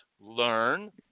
learn